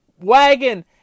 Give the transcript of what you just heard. wagon